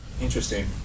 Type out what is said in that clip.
Interesting